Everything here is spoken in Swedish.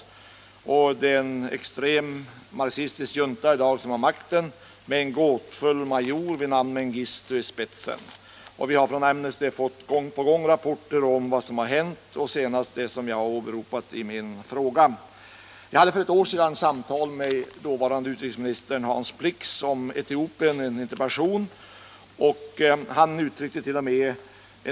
I dag har en extrem marxistisk junta makten med en gåtfull major vid namn Mengistu i spetsen. Vi har gång på gång fått rapporter från Amnesty om vad som har hänt — senast det som jag åberopade i min fråga. I en interpellationsdebatt om Etiopien för ett år sedan uttryckte den dåvarande utrikesministern Hans Blixt.o.m.